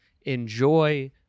enjoy